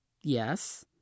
yes